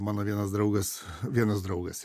mano vienas draugas vienas draugas